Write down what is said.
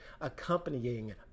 accompanying